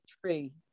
tree